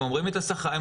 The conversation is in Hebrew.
הם אומרים את השכר,